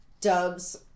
dubs